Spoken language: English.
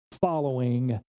following